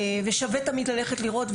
תמיד שווה ללכת לראות,